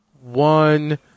One